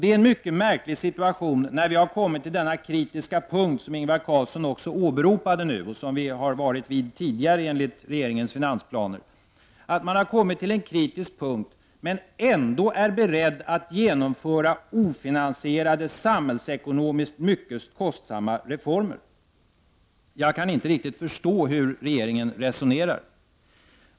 Det är ju mycket märkligt att man, när vi nu har kommit till den kritiska punkt som Ingvar Carlsson också åberopade och där vi enligt regeringens finansplaner varit tidigare, ändå är beredd att genomföra ofinansierade samhällsekonomiskt mycket kostsamma reformer. Jag förstår inte riktigt hur regeringen resonerar.